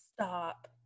Stop